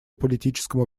политическому